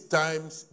times